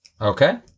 okay